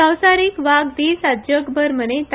संवसारीक वाघ दीस आज जगभर मनयतात